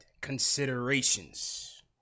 considerations